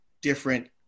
different